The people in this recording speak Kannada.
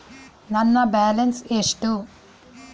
ನನ್ನ ಬ್ಯಾಲೆನ್ಸ್ ಎಷ್ಟು?